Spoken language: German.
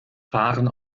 fahren